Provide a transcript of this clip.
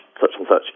such-and-such